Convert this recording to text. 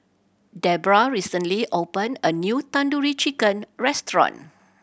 Debrah recently opened a new Tandoori Chicken Restaurant